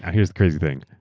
here's the crazy thing.